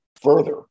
further